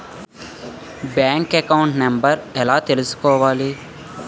Bank account number ఎలా తీసుకోవాలి?